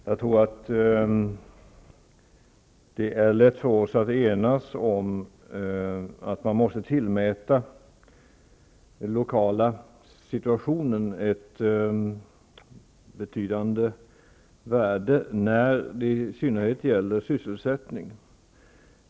Herr talman! Jag tror att det är lätt för oss att enas om att den lokala situationen måste tillmätas ett betydande värde, i synnerhet när det gäller sysselsättning.